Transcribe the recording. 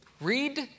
read